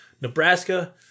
Nebraska